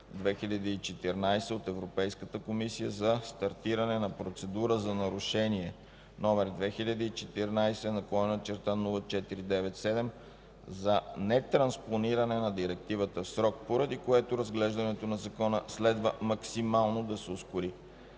(2014) от Европейската комисия за стартиране на процедура за нарушение № 2014/0497 за нетранспониране на Директивата в срок, поради което разглеждането на Закона следва максимално да се ускори.